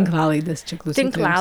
tinklalaidės čia klausytojams